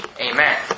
amen